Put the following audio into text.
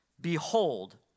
Behold